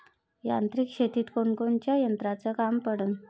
यांत्रिक शेतीत कोनकोनच्या यंत्राचं काम पडन?